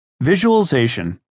Visualization